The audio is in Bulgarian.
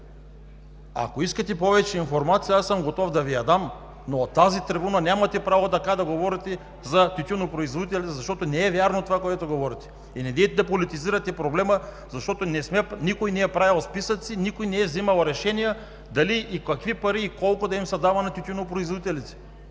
Ако искате повече информация, готов съм да Ви я дам, но от тази трибуна нямате право да говорите така за тютюнопроизводителите, защото не е вярно това, което говорите. Недейте да политизирате проблема, защото никой не е правил списъци, никой не е взимал решения дали и какви пари, колко да им се дава на тютюнопроизводителите.